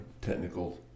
technical